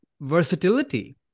versatility